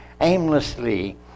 aimlessly